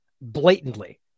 blatantly